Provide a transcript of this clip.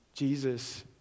Jesus